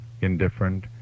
indifferent